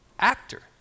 actor